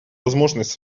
возможность